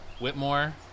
Whitmore